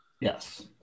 Yes